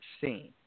seen